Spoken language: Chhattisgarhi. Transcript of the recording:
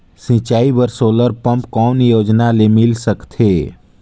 सिंचाई बर सोलर पम्प कौन योजना ले मिल सकथे?